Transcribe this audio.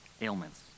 ailments